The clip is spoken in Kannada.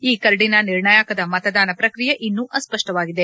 ಈ ಕರಡಿನ ನಿರ್ಣಾಯಕದ ಮತದಾನ ಪ್ರಕ್ರಿಯೆ ಇನ್ನೂ ಅಸ್ಸ ಷ್ವವಾಗಿದೆ